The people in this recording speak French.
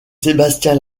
sébastien